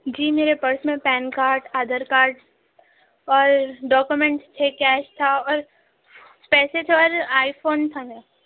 جی میرے پرس میں PAN card Aadhaar card اور ڈوکومنٹ تھے کیش تھا اور پیسے تھے اور آئی فون تھا میرا